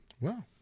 Wow